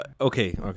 Okay